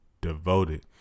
devoted